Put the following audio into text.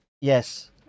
Yes